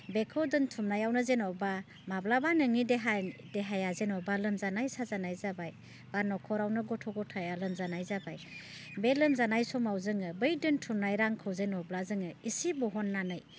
बेखौ दोनथुमनायावनो जेनेबा माब्ला नोंनि देहा देहाया जेनेबा लोमजानाय साजानाय जाबाय बा न'खरावनो गथ' गथाइआ लोमजानाय जाबाय बे लोमजानाय समाव जोङो बै दोनथुमनाय रांखौ जेनेब्ला जोङो एसे बहननानै